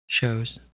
shows